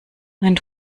mein